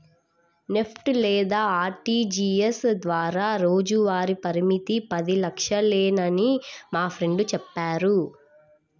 NEFT లేదా RTGS ద్వారా రోజువారీ పరిమితి పది లక్షలేనని మా ఫ్రెండు చెప్పాడు